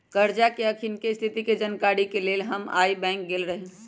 करजा के अखनीके स्थिति के जानकारी के लेल हम आइ बैंक गेल रहि